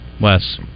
Wes